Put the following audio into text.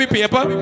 paper